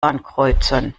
ankreuzen